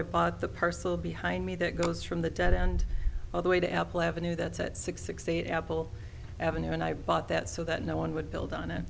i bought the parcel behind me that goes from the dead and all the way to apple avenue that's at six sixty eight apple avenue and i bought that so that no one would build on it